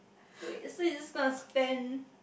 wait so you just don't want to spend